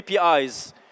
APIs